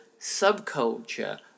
subculture